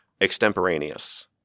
extemporaneous